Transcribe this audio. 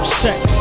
sex